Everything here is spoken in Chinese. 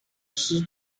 粮食